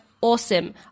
awesome